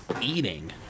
eating